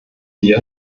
wir